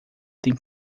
tem